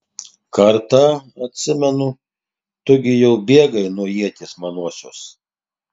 kartą atsimenu tu gi jau bėgai nuo ieties manosios